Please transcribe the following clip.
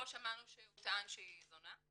פה שמענו שהוא טען שהיא זונה,